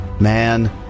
man